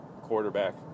quarterback